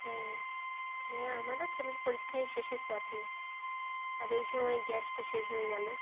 হ্যাঁ হ্যাঁ আমারও ছেলের পরীক্ষা এই শেষের পথে আর এই সময় গ্যাসটা শেষ হয়ে গেল